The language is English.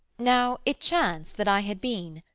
now it chanced that i had been,